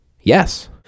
Yes